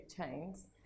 chains